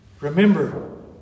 Remember